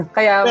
Kaya